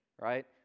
right